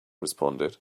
responded